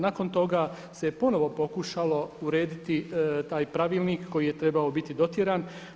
Nakon toga se ponovo pokušalo urediti taj pravilnik koji je trebao biti dotjeran.